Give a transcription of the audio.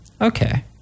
Okay